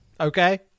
Okay